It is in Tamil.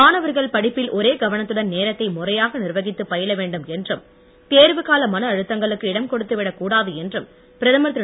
மாணவர்கள் படிப்பில் ஒரே கவனத்துடன் நேரத்தை முறையாக நிர்வகித்து பயில வேண்டும் என்றும் தேர்வுக் கால மன அழுத்தங்களுக்கு இடம் கொடுத்துவிடக் கூடாது என்றும் பிரதமர் திரு